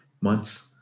months